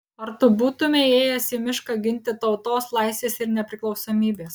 ar tu būtumei ėjęs į mišką ginti tautos laisvės ir nepriklausomybės